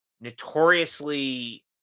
notoriously